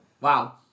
Wow